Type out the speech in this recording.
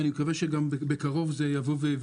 ואני מקווה שבקרוב זה יתממש,